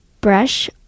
brush